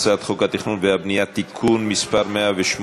הצעת חוק התכנון והבנייה (תיקון מס' 108,